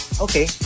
okay